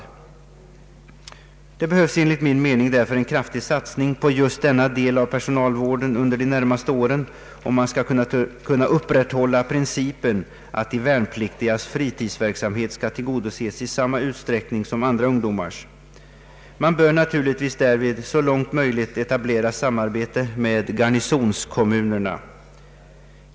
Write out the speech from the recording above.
Det behövs enligt min mening därför en kraftig satsning på just denna del av personalvården under de närmaste åren, om man skall kunna upprätthålla principen att de värnpliktigas fritidsverksamhet skall tillgodoses i samma utsträckning som andra ungdomars. Man bör naturligtvis därvid så långt möjligt etablera samarbete med garnisonskommunerna.